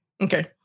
Okay